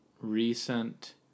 recent